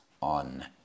on